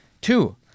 Two